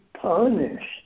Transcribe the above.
punished